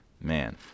man